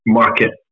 market